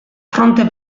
fronte